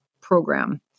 program